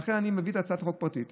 ולכן אני מביא זאת כהצעת חוק פרטית.